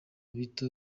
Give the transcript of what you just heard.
bito